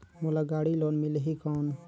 मोला गाड़ी लोन मिलही कौन?